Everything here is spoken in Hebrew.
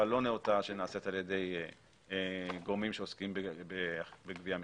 לא נאותה שנעשית על ידי גורמים שעוסקים בגבייה משפטית.